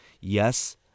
yes